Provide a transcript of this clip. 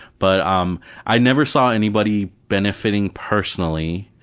but um i never saw anybody benefiting personally.